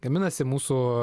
gaminasi mūsų